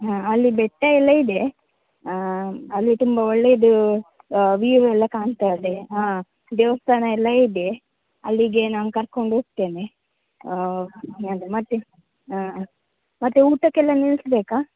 ಹಾಂ ಅಲ್ಲಿ ಬೆಟ್ಟ ಎಲ್ಲ ಇದೆ ಅಲ್ಲಿ ತುಂಬ ಒಳ್ಳೆಯದು ವ್ಯೂ ಎಲ್ಲ ಕಾಣ್ತದೆ ಹಾಂ ದೇವಸ್ಥಾನ ಎಲ್ಲ ಇದೆ ಅಲ್ಲಿಗೆ ನಾನು ಕರ್ಕೊಂಡು ಹೋಗ್ತೇನೆ ಮತ್ತು ಹಾಂ ಮತ್ತು ಊಟಕ್ಕೆಲ್ಲಾ ನಿಲ್ಲಿಸ್ಬೇಕಾ